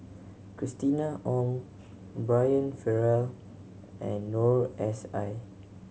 Christina Ong Brian Farrell and Noor S I